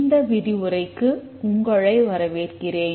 இந்த விரிவுரைக்கு உங்களை வரவேற்கிறேன்